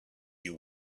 you